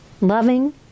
Loving